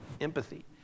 empathy